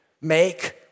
make